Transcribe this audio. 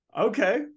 Okay